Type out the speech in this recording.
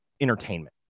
entertainment